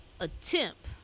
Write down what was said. attempt